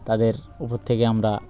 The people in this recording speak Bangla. তাদের উপর থেকে আমরা